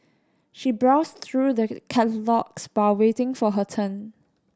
she browsed through the catalogues waiting for her turn